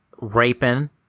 raping